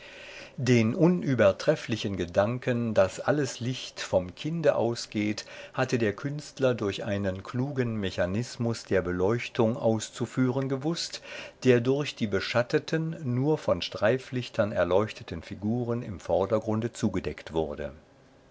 den unübertrefflichen gedanken daß alles licht vom kinde ausgeht hatte der künstler durch einen klugen mechanismus der beleuchtung auszuführen gewußt der durch die beschatteten nur von streiflichtern erleuchteten figuren im vordergrunde zugedeckt wurde